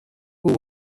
who